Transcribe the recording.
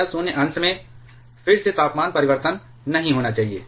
यह शून्य अंश में फिर से तापमान परिवर्तन नहीं होना चाहिए